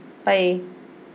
bye